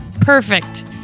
Perfect